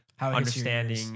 Understanding